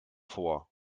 vor